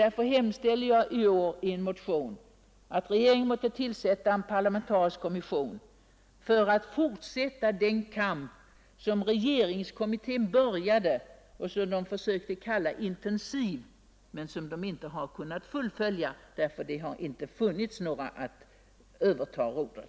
Därför hemställer jag i år i en motion om att regeringen tillsätter en parlamentarisk kommission för att fortsätta den kamp som regeringskommittén började med, som den kallade intensiv men som den inte kunnat fullfölja därför att det inte funnits någon som kunde överta rodret.